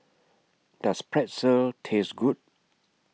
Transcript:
Does Pretzel Taste Good